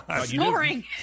Snoring